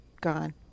gone